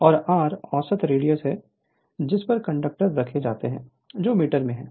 और r औसत radius है जिस पर कंडक्टर रखे जाते हैं जो मीटर भी है